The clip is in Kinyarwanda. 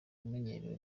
amenyerewe